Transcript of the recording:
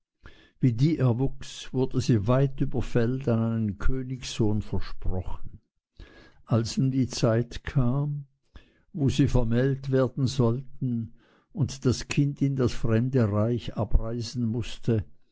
wie die erwuchs wurde sie weit über feld an einen königssohn versprochen als nun die zeit kam wo sie vermählt werden sollten und das kind in das fremde reich abreisen mußte